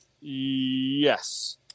Yes